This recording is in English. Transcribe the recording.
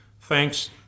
thanks